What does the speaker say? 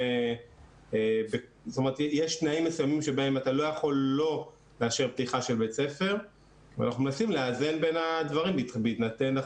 שיש בית ספר יסודי שמזין אותו והוא עתיד לגדול בשנים